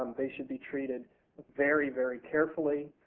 um they should be treated very, very carefully.